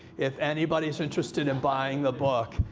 if anybody's interested in buying the book,